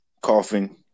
coughing